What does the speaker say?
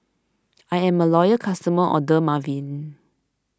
I'm a loyal customer of Dermaveen